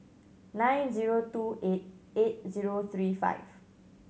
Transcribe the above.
nine zero two eight eight zero three five